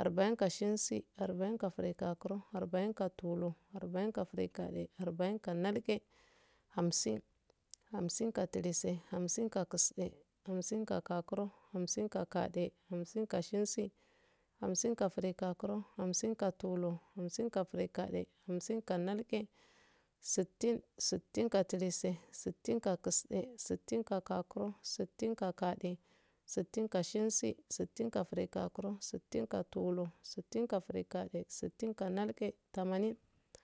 arbain kashens arbain kagrigokuro arbain ka arbain tulur arbain ka arbain girgade arbainka nalge hamsin hamsin ka kalise hamsin kakakisde hamsin kakagakurokagade hamsin ka kashens hamsin ka kagrigokuro hamsin ka ka tulur hamsin ka girgade hamsinka nalge sittin sittinka kalise sittin kakisde sittin kagakurokagade sittin kashens sittin sittin kagrigokuro sittin ka tulur sittin girgade sittin nalge tamanin,,,